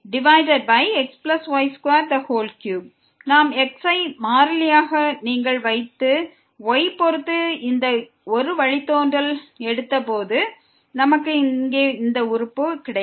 y65xy4xy23 நாம் x ஐ மாறிலியாக வைத்து y பொறுத்து இந்த ஒரு வழித்தோன்றலை எடுக்கும் போது நமக்கு இங்கே இந்த உறுப்பு கிடைக்கும்